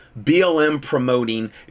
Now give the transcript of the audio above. BLM-promoting